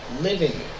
living